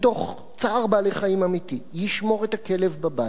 מתוך צער בעלי-חיים אמיתי, ישמור את הכלב בבית,